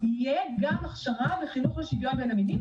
יהיה גם הכשרה וחינוך לשוויון בין המינים,